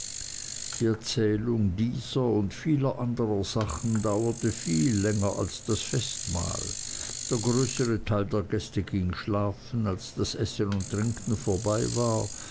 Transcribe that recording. die erzählung dieser und vieler anderer sachen dauerte viel länger als das festmahl der größere teil der gäste ging schlafen als das essen und trinken vorbei war